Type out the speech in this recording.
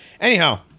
anyhow